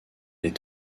est